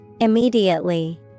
Immediately